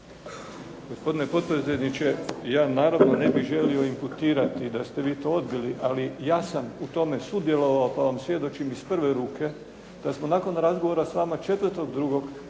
Gospodine potpredsjedniče, ja naravno ne bih želio imputirati da ste vi to odbili. Ali ja sam u tome sudjelovao, pa vam svjedočim iz prve ruke da smo nakon razgovora s vama 4.2. sa